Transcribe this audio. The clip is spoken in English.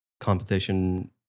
competition